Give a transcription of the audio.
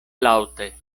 laŭte